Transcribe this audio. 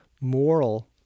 moral